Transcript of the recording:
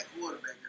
quarterback